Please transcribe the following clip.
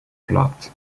plot